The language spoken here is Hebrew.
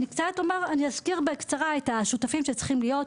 אני אזכיר בקצרה ואזכיר את השותפים שצריכים להיות,